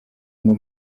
ngo